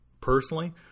personally